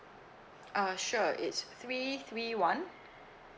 uh sure it's three three one